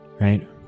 right